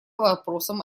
вопросам